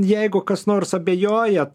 jeigu kas nors abejojat